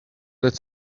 that